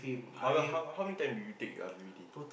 how many how how many time did you take your I_P_P_T